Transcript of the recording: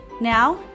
Now